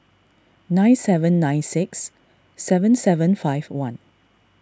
nine seven nine six seven seven five one